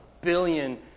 billion